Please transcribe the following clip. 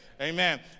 Amen